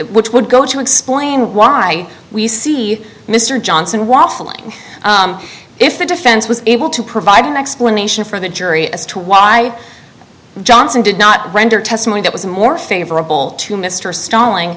which would go to explain why we see mr johnson waffling if the defense was able to provide an explanation from the jury as to why johnson did not render testimony that was more favorable to mr stalling